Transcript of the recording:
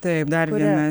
taip dar viena